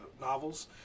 novels